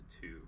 two